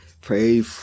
pray